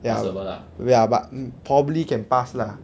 ya ya but probably can pass lah ya